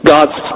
God's